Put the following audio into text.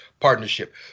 Partnership